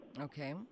Okay